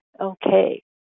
Okay